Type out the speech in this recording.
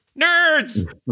nerds